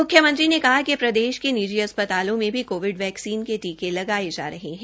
म्ख्यमंत्री ने कहा कि प्रदेश के निजी अस्पतालों में भी कोविड वैक्सीन के टीके लगाये जा रहे है